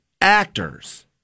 actors